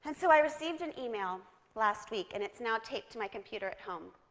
and so i received an email last week, and it's now taped to my computer at home.